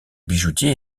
bijoutier